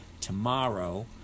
tomorrow